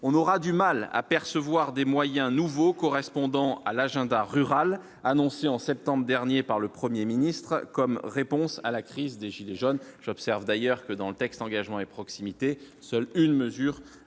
on aura du mal à percevoir des moyens nouveaux correspondant à l'agenda rural annoncée en septembre dernier par le 1er ministre comme réponse à la crise des gilets jaunes j'observe d'ailleurs que dans le texte, engagement et proximité, seule une mesure